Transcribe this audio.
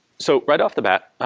so right off the bat,